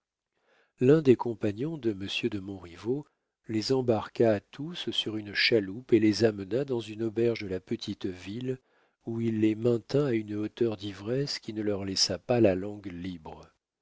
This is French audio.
l'un des compagnons de monsieur de montriveau les embarqua tous sur une chaloupe et les amena dans une auberge de la petite ville où il les maintint à une hauteur d'ivresse qui ne leur laissa pas la langue libre